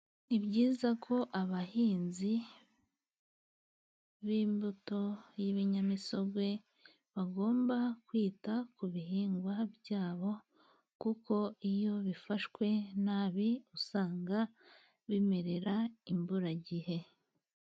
Ni byiza ko abahinzi b'imbuto y'ibinyamisogwe bagomba kwita ku bihingwa byabo, kuko iyo bifashwe nabi usanga bimerera imburagihe.